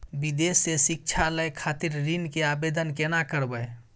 विदेश से शिक्षा लय खातिर ऋण के आवदेन केना करबे?